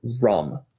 RUM